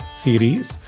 series